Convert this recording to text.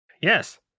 Yes